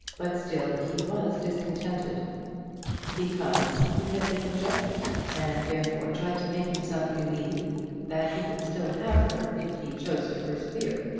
but still he was discontented because he had been rejected, and therefore tried to make himself believe that he could still have her if he chose to persevere.